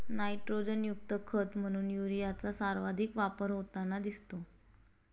नायट्रोजनयुक्त खत म्हणून युरियाचा सर्वाधिक वापर होताना दिसतो